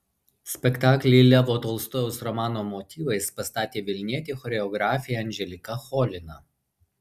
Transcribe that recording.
spektaklį levo tolstojaus romano motyvais pastatė vilnietė choreografė anželika cholina